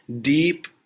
deep